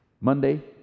Monday